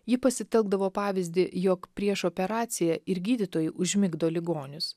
ji pasitelkdavo pavyzdį jog prieš operaciją ir gydytojai užmigdo ligonius